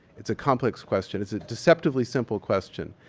it's a complex question. it's a deceptively simple question,